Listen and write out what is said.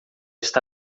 está